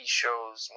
shows